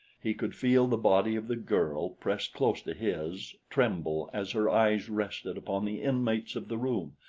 he could feel the body of the girl pressed close to his tremble as her eyes rested upon the inmates of the room,